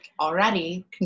already